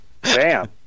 Bam